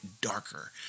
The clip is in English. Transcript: darker